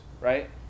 right